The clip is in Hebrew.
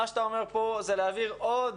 מה שאתה אומר כאן זה להעביר עוד